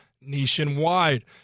nationwide